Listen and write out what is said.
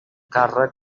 càrrec